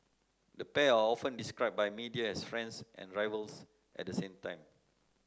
the pair are often described by media as friends and rivals at the same time